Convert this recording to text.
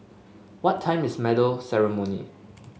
what time is medal ceremony